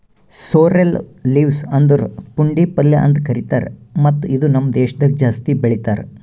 sorrel leaves ಅಂದುರ್ ಪುಂಡಿ ಪಲ್ಯ ಅಂತ್ ಕರಿತಾರ್ ಮತ್ತ ಇದು ನಮ್ ದೇಶದಾಗ್ ಜಾಸ್ತಿ ಬೆಳೀತಾರ್